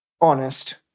honest